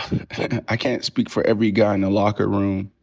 i can't speak for every guy in the locker room.